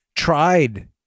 tried